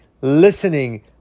listening